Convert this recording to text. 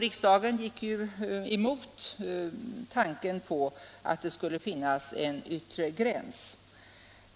Riksdagen gick ju emot tanken på att det skulle finnas en yttre gräns.